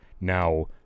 Now